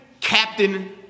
Captain